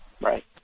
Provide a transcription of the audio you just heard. Right